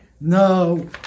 No